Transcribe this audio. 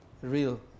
real